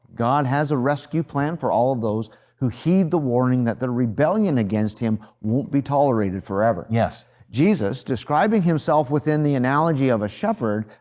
god has a rescue plan for all those who heed the warning that their rebellion against him won't be tolerated forever. jesus, describing himself within the analogy of a shepherd,